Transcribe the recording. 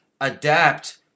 adapt